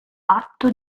atto